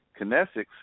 Kinesics